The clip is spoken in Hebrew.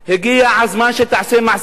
הגיע הזמן שתעשה מעשה.